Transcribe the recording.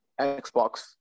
Xbox